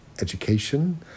education